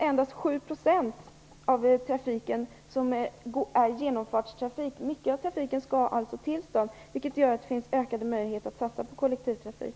Endast 7 % av trafiken är genomfartstrafik. Det gör att det finns ökade möjligheter att satsa på kollektivtrafik.